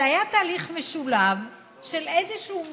זה היה תהליך משולב של איזשהו מקרה,